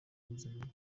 buzima